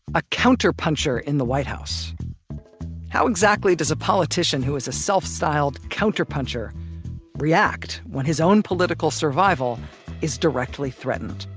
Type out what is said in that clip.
a counter-puncher in the white house how exactly does a politician who is a self-styled counter-puncher react. when his own political survival is directly threatened?